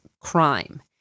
crime